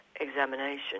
examination